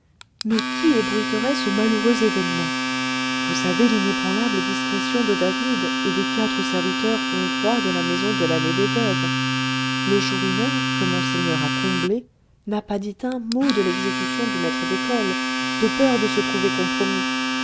mais qui ébruiterait ce malheureux événement vous savez l'inébranlable discrétion de david et des quatre serviteurs hongrois de la maison de l'allée des veuves le chourineur que monseigneur a comblé n'a pas dit un mot de l'exécution du maître d'école de peur de se trouver compromis